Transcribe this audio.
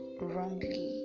wrongly